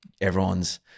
everyone's –